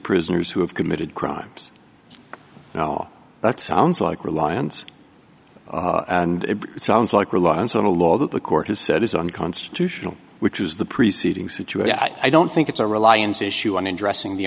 prisoners who have committed crimes you know that sounds like reliance and it sounds like reliance on a law that the court has said is unconstitutional which is the preceding scituate i don't think it's a reliance issue on in dressing the